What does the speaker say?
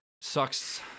Sucks